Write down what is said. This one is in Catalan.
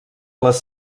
les